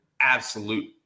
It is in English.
absolute